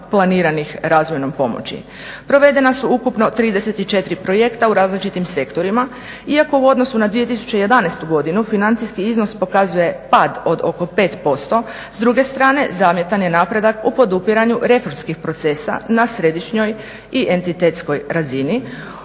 planiranih razvojnom pomoći. Provedena su ukupno 34 projekta u različitim sektorima iako u odnosu na 2011. godinu financijski iznos pokazuje pad od oko 5%, s druge strane zamjetan je napredak o podupiranju reformskih procesa na središnjoj i entitetskoj razini